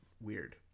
weird